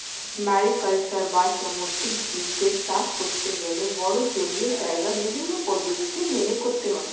mariculture বা সামুদ্রিক জীবদের চাষ করতে গেলে বড়ো জলীয় জায়গায় বিভিন্ন পদ্ধতি মেনে করতে হয়